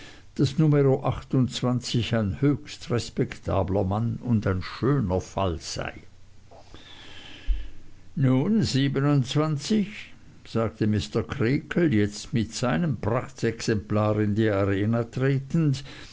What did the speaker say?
numero ein höchst respektabler mann und ein schöner fall sei nun sagte mr creakle jetzt mit seinem prachtexemplar in die arena tretend